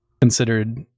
considered